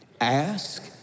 ask